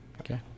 Okay